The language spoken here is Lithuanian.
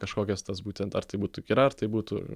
kažkokias tas būtent ar tai būtų gira ar tai būtų